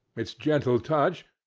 its gentle touch,